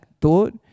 thought